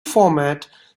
format